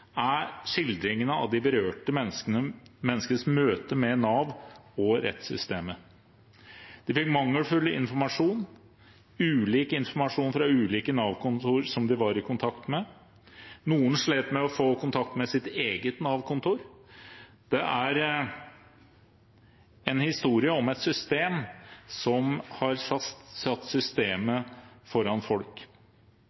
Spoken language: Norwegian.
er skildringen av de berørte menneskenes møte med Nav og rettssystemet. De fikk mangelfull informasjon og ulik informasjon fra ulike Nav-kontor som de var i kontakt med. Noen slet med å få kontakt med sitt eget Nav-kontor. Det er en historie om et system som har satt systemet